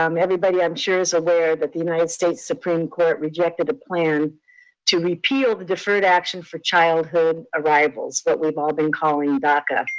um everybody i'm sure is aware that the united states supreme court rejected a plan to repeal the deferred action for childhood arrivals that we've all been calling daca.